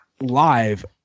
live